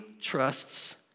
trusts